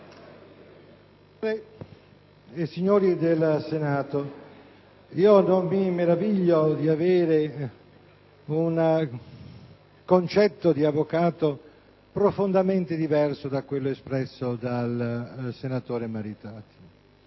signori del Senato, non mi meraviglio di avere un concetto di avvocato profondamente diverso da quello espresso dal senatore Maritati.